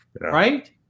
Right